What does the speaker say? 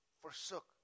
Forsook